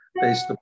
based